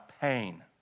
pain